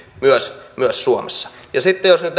myös myös suomessa ja sitten jos nyt